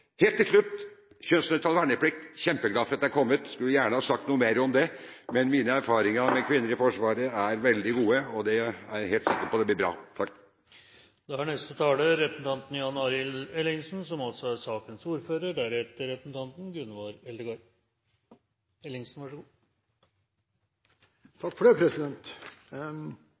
Helt til slutt til kjønnsnøytral verneplikt. Jeg er kjempeglad for at det har kommet. Jeg skulle gjerne ha sagt noe mer om det. Mine erfaringer med kvinner i Forsvaret er veldig gode, og det er jeg helt sikker på blir bra. La meg starte med det viktigste, at mannskapene i Forsvaret er det viktigste – som mange har vært inne på. La meg også slutte meg til representanten